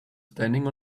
standing